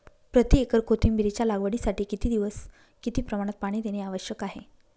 प्रति एकर कोथिंबिरीच्या लागवडीसाठी किती दिवस किती प्रमाणात पाणी देणे आवश्यक आहे?